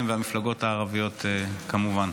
הם והמפלגות הערביות, כמובן.